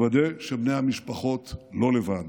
לוודא שבני המשפחות לא לבד.